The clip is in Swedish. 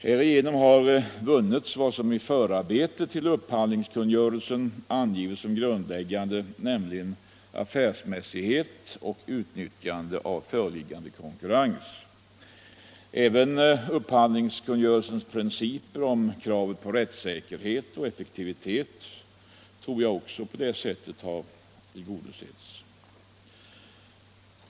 Härigenom har vunnits vad som i förarbetena till upphandlingskungörelsen angivits som grundläggande, nämligen affärsmässighet och utnyttjande av föreliggande konkurrens. Även upphandlingskungörelsens principer om krav på rättssäkerhet och effektivitet tror jag på det sättet har tillgodosetts.